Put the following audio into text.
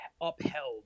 upheld